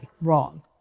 wrong